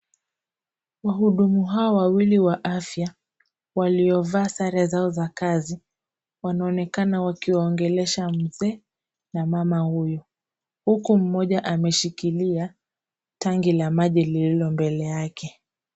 Wahudumu hawa wawili wa afya, waliovaa sare zao za kazi wanaonekana wakiwaongelesha mzee na mama huyu, huku mmoja ameshikilia tangi la maji lililo mbele yake.